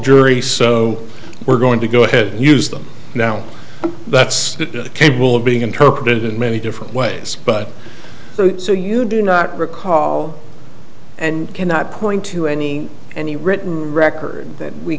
jury so we're going to go ahead and use them now that's capable of being interpreted in many different ways but so you do not recall and cannot point to any any written record that we